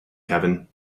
kevin